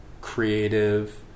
creative